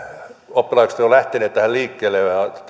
oppilaitokset ovat jo lähteneet tässä liikkeelle ja totta